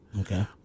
Okay